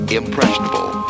impressionable